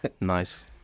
Nice